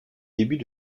débuts